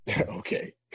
Okay